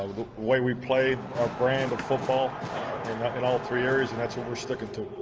the way we play, our brand of football in all three areas and that's what we're sticking to.